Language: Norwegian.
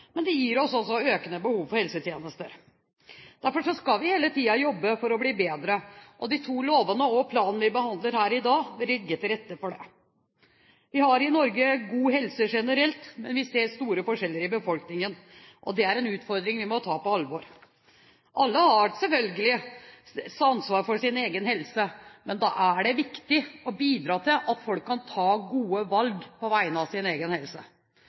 men det gir oss også økende behov for helsetjenester. Derfor skal vi hele tiden jobbe for å bli bedre. De to lovene og planen vi behandler her i dag, vil legge til rette for det. Vi har i Norge god helse generelt, men vi ser store forskjeller i befolkningen. Det er en utfordring vi må ta på alvor. Alle har selvfølgelig ansvar for sin egen helse, men det er viktig å bidra til at folk kan ta gode valg på vegne av sin egen helse.